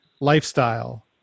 lifestyle